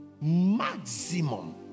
maximum